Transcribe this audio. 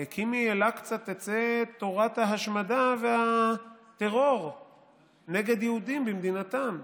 כי מאל-אקצא תצא תורת ההשמדה והטרור נגד יהודים במדינתם.